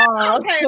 Okay